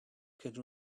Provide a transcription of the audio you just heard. could